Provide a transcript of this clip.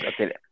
okay